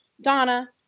Donna